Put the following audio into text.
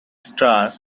star